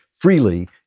freely